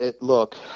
look